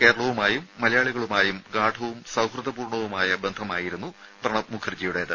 കേരളവുമായും മലയാളികളുമായും ഗാഢവും സൌഹൃദപൂർണവുമായ ബന്ധമായിരുന്നു പ്രണബ് മുഖർജിയുടേത്